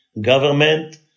government